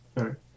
Alright